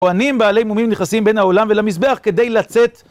כוהנים בעלי מומים נכסים בין העולם ולמזבח כדי לצאת.